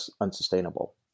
unsustainable